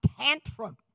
tantrum